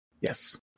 Yes